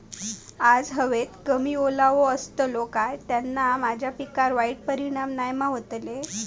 आज हवेत कमी ओलावो असतलो काय त्याना माझ्या पिकावर वाईट परिणाम नाय ना व्हतलो?